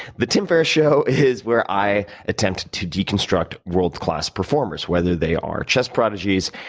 the tim ferriss show is where i attempt to deconstruct world class performers, whether they are chess prodigies,